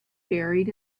buried